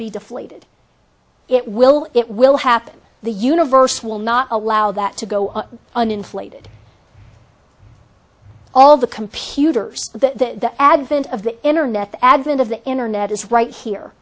be deflated it will it will happen the universe will not allow that to go on inflated all the computers the advent of the internet the advent of the internet is right here